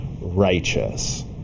righteous